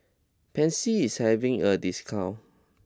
Pansy is having a discount